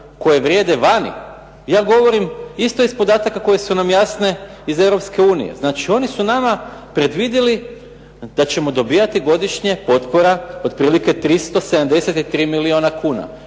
koje vrijede vani, ja govorim isto iz podataka koje su nam jasne iz Europske unije. Znači oni su nama predvidjeli da ćemo dobijati godišnje potpora otprilike 373 milijuna eura,